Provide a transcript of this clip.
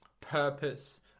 purpose